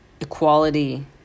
equality